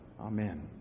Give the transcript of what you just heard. Amen